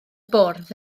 bwrdd